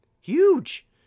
Huge